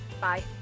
Bye